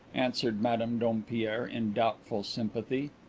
answered madame dompierre, in doubtful sympathy.